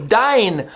dying